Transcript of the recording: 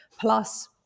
Plus